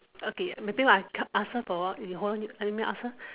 okay repeat what I ask her for a while you hold on let me ask her